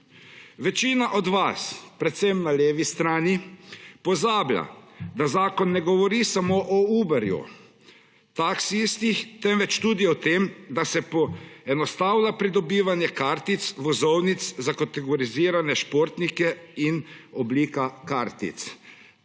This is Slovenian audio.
Večina od vas, predvsem na levi strani, pozablja, da zakon ne govori samo o Uberju, taksistih, temveč tudi o tem, da se poenostavlja pridobivanje kartic, vozovnic za kategorizirane športnike in oblika kartic.